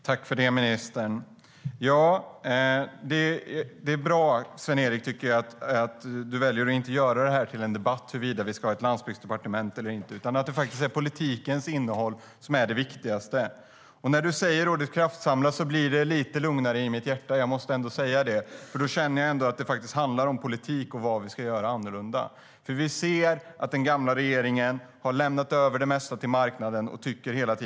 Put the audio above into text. Herr talman! Det är bra att Sven-Erik Bucht inte väljer att debattera huruvida vi ska ha ett landsbygdsdepartement eller inte. Det är faktiskt politikens innehåll som är det viktiga. När han säger att det sker en kraftsamling blir det lite lugnare i mitt hjärta. Då känner jag att det faktiskt handlar om vad vi ska göra annorlunda i politiken. Den gamla regeringen lämnade över det mesta till marknaden.